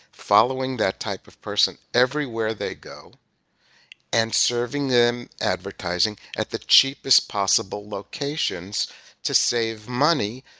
following that type of person everywhere they go and serving them advertising at the cheapest possible locations to save money,